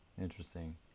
Interesting